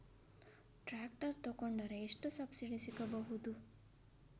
Tractor ತೊಕೊಂಡರೆ ಎಷ್ಟು subsidy ಸಿಗಬಹುದು?